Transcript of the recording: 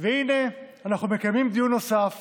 והינה אנחנו מקיימים דיון נוסף